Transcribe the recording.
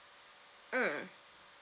mm